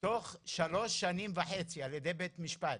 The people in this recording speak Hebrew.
תוך שלוש וחצי שנים על ידי בית משפט,